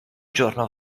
giorno